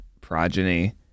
progeny